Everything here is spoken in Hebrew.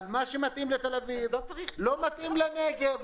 אבל מה שמתאים לתל-אביב לא מתאים לנגב,